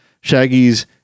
Shaggy's